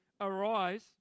arise